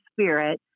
Spirit